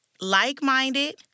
like-minded